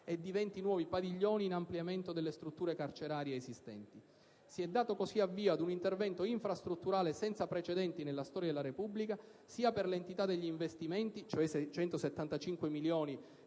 e di venti nuovi padiglioni in ampliamento delle strutture carcerarie esistenti. Si è dato così avvio ad un intervento infrastrutturale senza precedenti nella storia della Repubblica, sia per l'entità degli investimenti - 675 milioni di euro